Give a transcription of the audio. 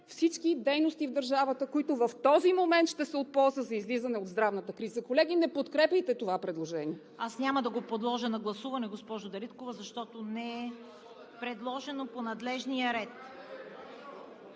всички дейности в държавата, които в този момент ще са от полза за излизане от здравната криза. Колеги, не подкрепяйте това предложение! ПРЕДСЕДАТЕЛ ЦВЕТА КАРАЯНЧЕВА: Аз няма да го подложа на гласуване, госпожо Дариткова, защото не е предложено по надлежния ред.